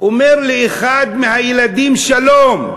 הוא אומר לאחד מהילדים שלום,